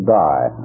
die